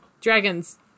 Dragons